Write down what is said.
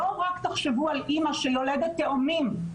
בואו רק תחשבו על אימא שיולדת תאומים,